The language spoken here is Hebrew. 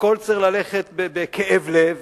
הכול צריך ללכת בכאב לב